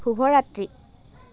শুভৰাত্ৰি